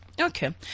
Okay